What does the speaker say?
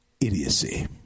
idiocy